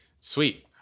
Sweet